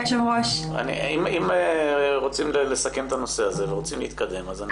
אם רוצים לסכם את הנושא הזה ורוצים להתקדם, כן.